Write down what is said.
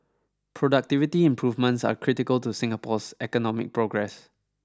productivity improvements are critical to Singapore's economic progress